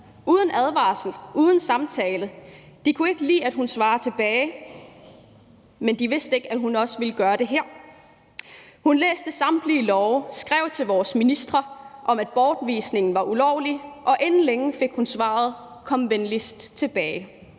uden advarsel og uden samtale. De kunne ikke lide, at hun svarede tilbage, men de vidste ikke, at hun også ville gøre det her. Hun læste samtlige love og skrev til vores ministre om, at bortvisningen var ulovlig, og inden længe fik hun svaret: Kom venligst tilbage.